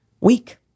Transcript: weak